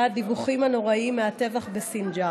הדיווחים הנוראיים מהטבח בסינג'אר.